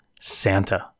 Santa